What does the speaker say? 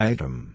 Item